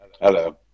Hello